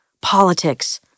politics